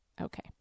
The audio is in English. Okay